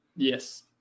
Yes